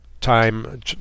time